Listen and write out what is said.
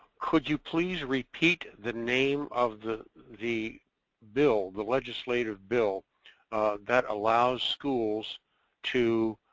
could you please repeat the name of the the bill, the legislative bill that allows schools to